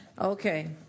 Okay